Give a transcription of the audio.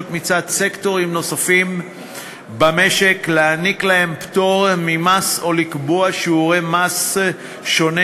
מצד סקטורים נוספים במשק להעניק להם פטור ממס או לקבוע שיעור מס שונה,